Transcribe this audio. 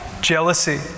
Jealousy